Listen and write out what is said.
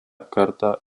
kartą